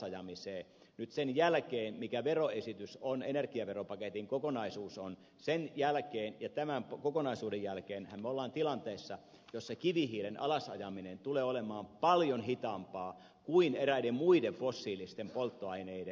nyt sen jälkeenhän mikä veroesitys on ja energiaveropaketin kokonaisuus on sen ja tämän kokonaisuuden jälkeen me olemme tilanteessa jossa kivihiilen alas ajaminen tulee olemaan paljon hitaampaa kuin eräiden muiden fossiilisten polttoaineiden